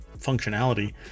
functionality